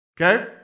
Okay